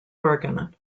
organ